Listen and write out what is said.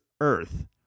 earth